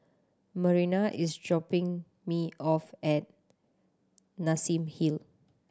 Marina is dropping me off at Nassim Hill